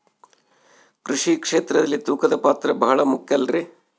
ಕೃಷಿ ಕ್ಷೇತ್ರದಲ್ಲಿ ತೂಕದ ಪಾತ್ರ ಬಹಳ ಮುಖ್ಯ ಅಲ್ರಿ?